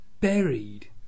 buried